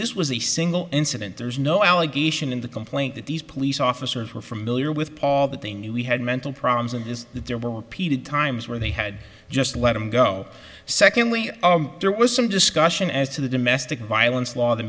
this was a single incident there's no allegation in the complaint that these police officers were familiar with paul that they knew we had mental problems and is that there were repeated times where they had just let him go secondly there was some discussion as to the domestic violence law the